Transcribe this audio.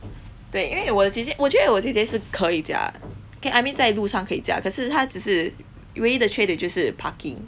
对因为我的姐姐我觉得我的姐姐是可以驾 okay I mean 在路上可以驾可是她只是唯一的缺点就是 parking